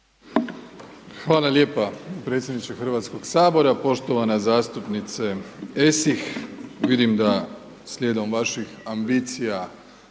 Hvala lijepa predsjedniče Hrvatskog sabora. Poštovana zastupnice Esih, vidim da slijedom vaših ambicija